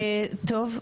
טוב,